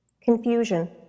confusion